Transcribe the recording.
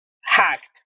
hacked